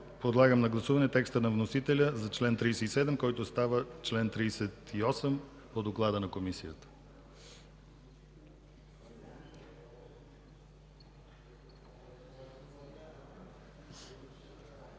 Подлагам на гласуване текста на вносителя за чл. 37, който става чл. 38 по доклада на Комисията.